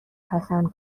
پسند